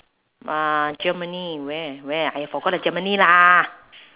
uh germany where where I forgot the germany lah